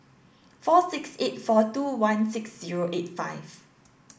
four six eight four two one six zero eight five